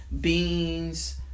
beans